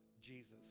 Jesus